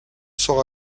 sera